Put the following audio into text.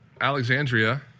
Alexandria